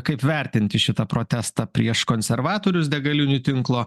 kaip vertinti šitą protestą prieš konservatorius degalinių tinklo